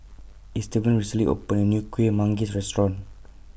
Estevan recently opened A New Kuih Manggis Restaurant